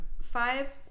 Five